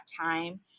time